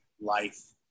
life